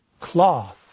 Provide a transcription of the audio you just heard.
cloth